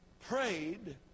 prayed